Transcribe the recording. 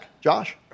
Josh